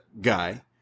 guy